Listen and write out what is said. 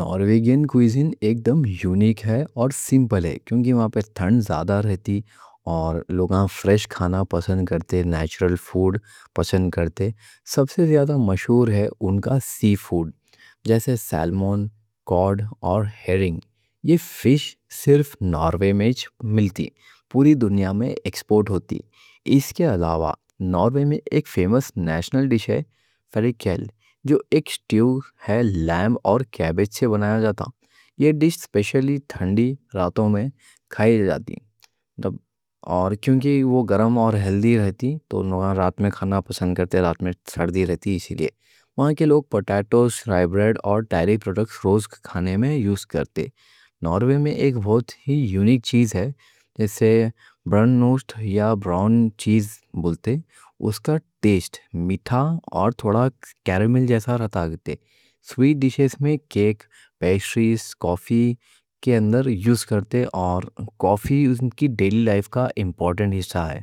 نورویجین کوزین ایکدم یونیک ہے اور سمپل ہے، کیوں کہ وہاں پہ تھنڈ زیادہ رہتی اور لوگاں فریش کھانا پسند کرتے۔ نیچرل فُوڈ پسند کرتے، سب سے زیادہ مشہور ہے ان کا سی فُوڈ۔ جیسے سیلمون، کورڈ اور ہیرنگ، یہ فِش صرف نوروی میں ملتی، پوری دنیا میں ایکسپورٹ ہوتی۔ اس کے علاوہ نوروی میں ایک فیموس نیشنل ڈِش ہے فاریکل، جو ایک اسٹیو ہے لیمب اور کیبج سے بنایا جاتا۔ یہ ڈِش سپیشلی تھنڈی راتوں میں کھائی جاتی اور کیوں کہ وہ گرم اور ہیلدی رہتی تو لوگاں رات میں کھانا پسند کرتے۔ رات میں سردی رہتی اسی لیے وہاں کے لوگ پوٹیٹوز، رائی بریڈ اور ڈیری پروڈکٹس روز کھانے میں یوز کرتے۔ نوروی میں ایک بہت ہی یونیک چیز ہے جیسے برونوسٹ یا براؤن چیز بولتے، اس کا ٹیسٹ میٹھا اور تھوڑا کیرامل جیسا رہتا۔ سویٹ ڈِشیز میں کیک، پیسٹریز، کافی کے اندر یوز کرتے اور کافی ان کی ڈیلی لائف کا امپورٹنٹ حصہ ہے۔